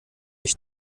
ich